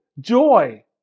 joy